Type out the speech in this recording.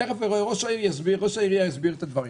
תיכף ראש העירייה יסביר את הדברים.